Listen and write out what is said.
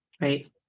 Right